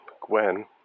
Gwen